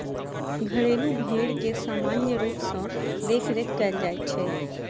घरेलू भेंड़ के सामान्य रूप सॅ देखरेख कयल जाइत छै